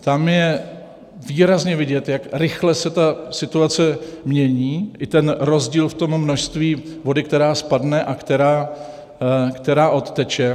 Tam je výrazně vidět, jak rychle se ta situace mění, i ten rozdíl v množství vody, která spadne a která odteče.